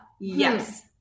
yes